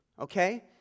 okay